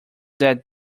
that